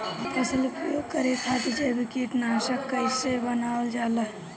फसल में उपयोग करे खातिर जैविक कीटनाशक कइसे बनावल जाला?